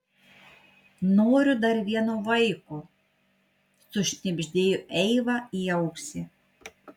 noriu dar vieno vaiko sušnibždėjo eiva į ausį